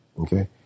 Okay